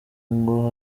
ngo